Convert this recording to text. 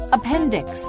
Appendix